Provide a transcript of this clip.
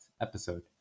episode